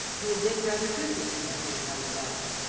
who had been rather good to him after their mother died,